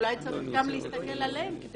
אולי צריך גם להסתכל עליהם.